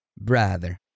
brother